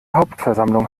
hauptversammlung